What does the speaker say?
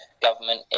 government